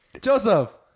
Joseph